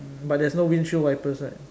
mm but there's no windshield wipers right